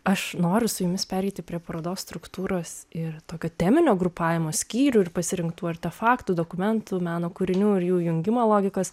aš noriu su jumis pereiti prie parodos struktūros ir tokio teminio grupavimo skyrių ir pasirinktų artefaktų dokumentų meno kūrinių ir jų jungimo logikos